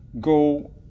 go